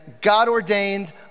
God-ordained